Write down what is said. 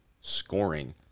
scoring